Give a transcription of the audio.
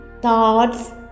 thoughts